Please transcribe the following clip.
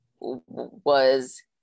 was-